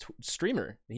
streamer